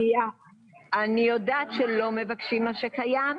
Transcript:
אני יודעת שלא מבקשים את מה שקיים,